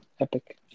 Epic